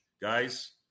guys